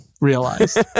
realized